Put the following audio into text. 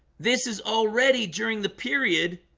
this is already during the period